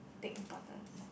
take important